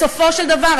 בסופו של דבר,